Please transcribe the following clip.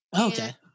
Okay